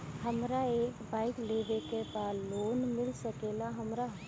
हमरा एक बाइक लेवे के बा लोन मिल सकेला हमरा?